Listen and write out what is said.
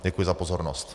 Děkuji za pozornost.